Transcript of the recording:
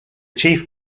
chief